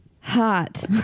hot